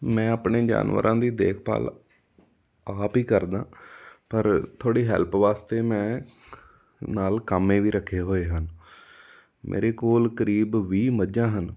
ਮੈਂ ਆਪਣੇ ਜਾਨਵਰਾਂ ਦੀ ਦੇਖਭਾਲ ਆਪ ਹੀ ਕਰਦਾ ਪਰ ਥੋੜ੍ਹੀ ਹੈਲਪ ਵਾਸਤੇ ਮੈਂ ਨਾਲ ਕਾਮੇ ਵੀ ਰੱਖੇ ਹੋਏ ਹਨ ਮੇਰੇ ਕੋਲ ਕਰੀਬ ਵੀਹ ਮੱਝਾਂ ਹਨ